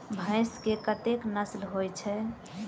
भैंस केँ कतेक नस्ल होइ छै?